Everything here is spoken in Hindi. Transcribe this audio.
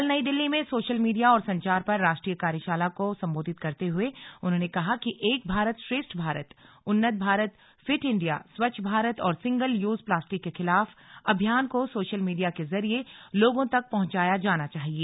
कल नई दिल्ली में सोशल मीडिया और संचार पर राष्ट्रीय कार्यशाला को संबोधित करते हुए उन्होंने कहा कि एक भारत श्रेष्ठ भारत उन्नत भारत फिट इंडिया स्वच्छ भारत और सिंगल यूज प्लास्टिक के खिलाफ अभियान को सोशल मीडिया के जरिए लोगों तक पहुंचाया जाना चाहिए